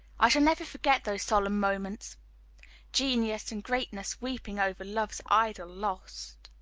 i shall never forget those solemn moments genius and greatness weeping over love's idol lost.